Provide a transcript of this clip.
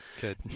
Good